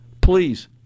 please